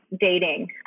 dating